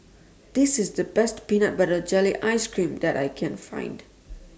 This IS The Best Peanut Butter Jelly Ice Cream that I Can Find